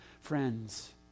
Friends